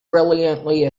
brilliantly